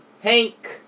Hank